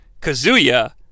Kazuya